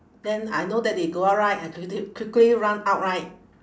then I know that they go out right I quickly quickly run out right